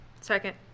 second